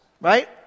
right